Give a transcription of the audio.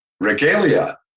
regalia